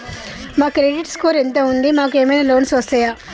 మా credit score ఎంత ఉంది? మాకు ఏమైనా లోన్స్ వస్తయా?